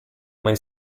mai